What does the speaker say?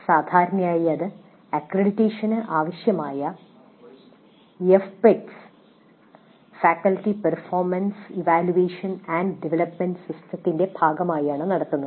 സാധാരണയായി ഇത് അക്രഡിറ്റേഷന് ആവശ്യമായ FPEDS faculty performance evaluation and development system ന്റെ ഭാഗമായാണ് നടത്തുന്നത്